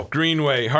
Greenway